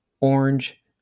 Orange